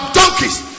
donkey's